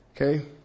Okay